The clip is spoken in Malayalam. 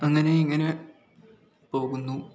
അങ്ങനെ ഇങ്ങനെ പോകുന്നു